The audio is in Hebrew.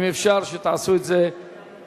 אם אפשר, תעשו את זה בצד.